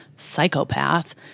Psychopath